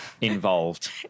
involved